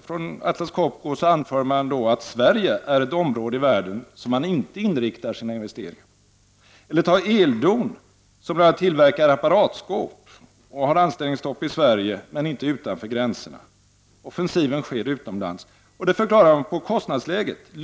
Från Atlas Copco anför man: ”Sverige är ett område i världen som man inte inriktar sina investeringar på.” Vidare står att läsa att ”Eldon, som bl.a. tillverkar apparatskåp, har anställningsstopp i Sverige, men inte utanför gränserna. Offensiven sker utomlands.” Det beror på kostnadsläget, förklarar man.